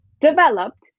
developed